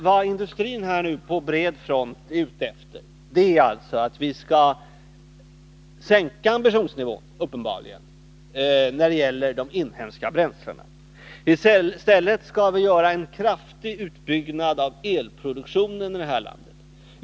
Vad industrin på bred front nu är ute efter är uppenbarligen att vi skall sänka ambitionsnivån när det gäller de inhemska bränslena. I stället skall vi kraftigt bygga ut elproduktionen.